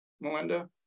Melinda